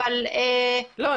אבל --- לא,